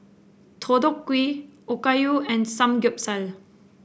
Deodeok Gui Okayu and Samgeyopsal